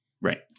Right